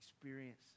experience